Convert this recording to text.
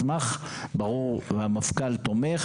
ברור שאני אשמח והמפכ"ל תומך